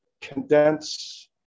condense